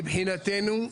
מבחינתנו,